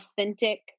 authentic